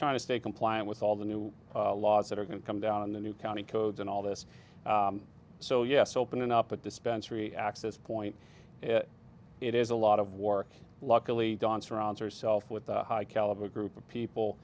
trying to stay compliant with all the new laws that are going to come down in the new county codes and all this so yes opening up a dispensary access point it is a lot of work luckily don surround herself with the high caliber group of people